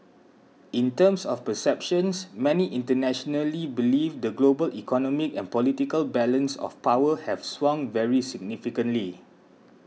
in terms of perceptions many internationally believe the global economic and political balance of power has swung very significantly